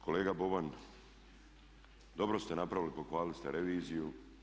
Kolega Boban, dobro ste napravili, pohvalili ste reviziju.